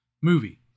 movie